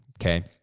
Okay